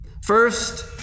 first